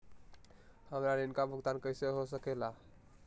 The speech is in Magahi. हमरा ऋण का भुगतान कैसे हो सके ला?